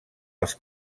els